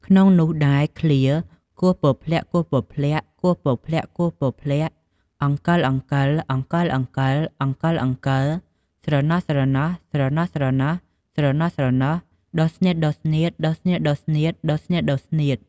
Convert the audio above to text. ក្នុងនោះដែរឃ្លា «គោះពព្លាក់ៗៗ អង្កិលៗៗៗ ស្រណោះៗៗៗ ដុះស្នៀតៗៗៗ» ។